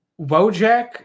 Wojak